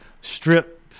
strip